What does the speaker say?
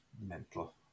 mental